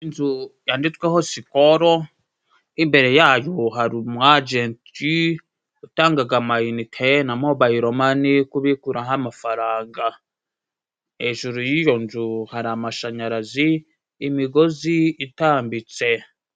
Inzu yanditsweho Sikoro. Imbere yayo hari umu ajenti utangaga ama inite, na mobayiromani kubikuraho amafaranga. Hejuru y'iyo nzu hari amashanyarazi imigozi itambitse.